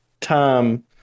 time